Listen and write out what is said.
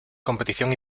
competición